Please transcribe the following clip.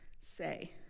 say